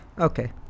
Okay